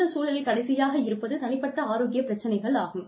இந்த சூழல்களில் கடைசியாக இருப்பது தனிப்பட்ட ஆரோக்கிய பிரச்சனைகள் ஆகும்